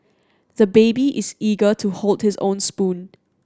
the baby is eager to hold his own spoon